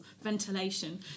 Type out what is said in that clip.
ventilation